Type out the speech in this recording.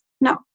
No